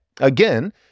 Again